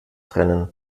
trennen